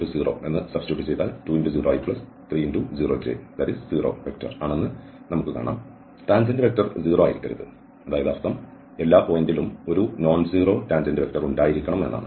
tangent vector 0 ആയിരിക്കരുത് അതായത് അർത്ഥം എല്ലാ പോയിന്റിലും ഒരു നോൺ സീറോ ടാൻജന്റ് വെക്റ്റർ ഉണ്ടായിരിക്കണം എന്നാണ്